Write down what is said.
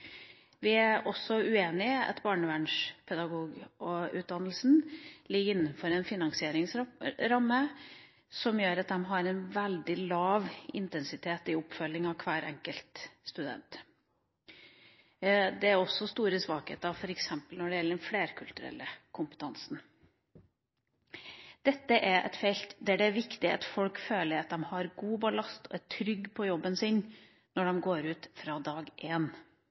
Vi er også uenig i at barnevernspedagogutdannelsen ligger innenfor en finansieringsramme som gjør at man har en veldig lav intensitet i oppfølginga av hver enkelt student. Det er også store svakheter, f.eks. når det gjelder den flerkulturelle kompetansen. Dette er et felt der det er viktig at folk føler at de har god ballast og er trygge på jobben sin